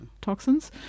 toxins